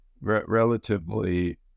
relatively